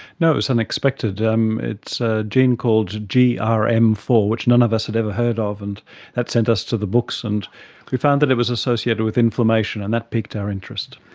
no, it was unexpected. it's a gene called g r m four which none of us had ever heard of and that sent us to the books, and we found that it was associated with inflammation and that piqued our interest.